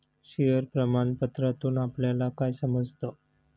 Share प्रमाण पत्रातून आपल्याला काय समजतं?